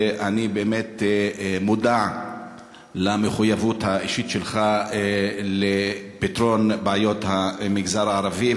ואני מודע למחויבות האישית שלך לפתרון בעיות המגזר הערבי,